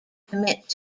commit